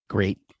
Great